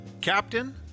Captain